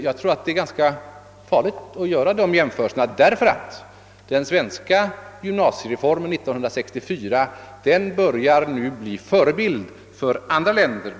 Jag tror att detta är ganska farligt, eftersom den svenska gymnasiereformen 1964 nu börjar bli förebild för andra länder.